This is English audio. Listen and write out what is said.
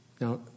Now